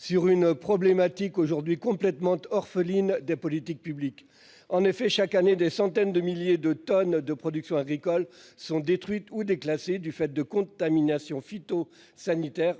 sur une problématique aujourd'hui complètement orpheline des politiques publiques en effet chaque année des centaines de milliers de tonnes de production agricole sont détruites ou déclassés du fait de contamination phyto- sanitaires